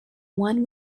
one